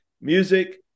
music